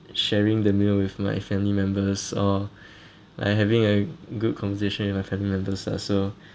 sharing the meal with my family members or like having a good conversation with my family members ah so